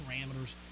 parameters